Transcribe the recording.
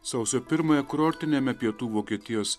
sausio pirmąją kurortiniame pietų vokietijos